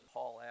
Paul